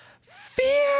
fear